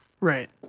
right